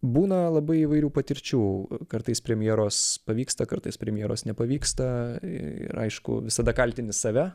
būna labai įvairių patirčių kartais premjeros pavyksta kartais premjeros nepavyksta ir aišku visada kaltini save